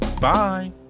Bye